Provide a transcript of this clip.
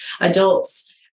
adults